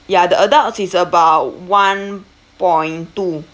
ya the adults is about one point two